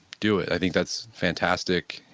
do it. i think that's fantastic.